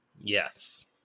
Yes